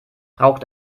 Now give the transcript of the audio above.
braucht